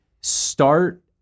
start